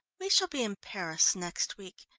we shall be in paris next week.